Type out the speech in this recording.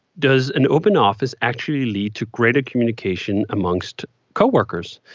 does an open office actually lead to greater communication amongst co-workers?